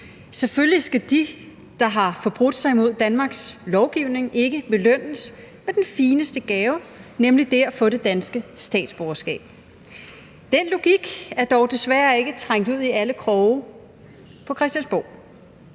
Selvfølgelig skal de, der har forbrudt sig mod Danmarks lovgivning, ikke belønnes med den fineste gave, nemlig det at få det danske statsborgerskab. Den logik er dog desværre ikke trængt ud i alle kroge på Christiansborg.